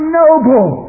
noble